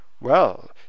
Well